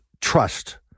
Trust